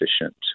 efficient